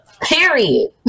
Period